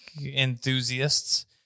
enthusiasts